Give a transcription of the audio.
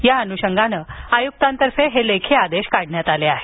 या अनुषंगानं आयुक्तांतर्फे हे लेखी आदेश काढण्यात आले आहेत